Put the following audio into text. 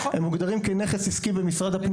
הם מוגדרים כנכס עסקי במשרד הפנים.